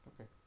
okay